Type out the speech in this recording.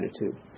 attitude